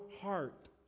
heart